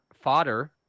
fodder